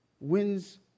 wins